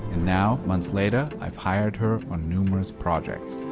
and now months later, i've hired her on numerous projects.